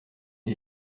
une